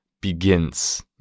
begins